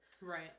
Right